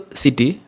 city